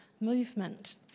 Movement